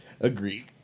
Agreed